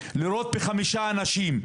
לירות בחמישה אנשים,